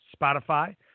Spotify